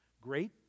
great